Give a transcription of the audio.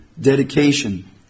dedication